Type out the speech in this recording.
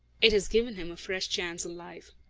it has given him a fresh chance in life.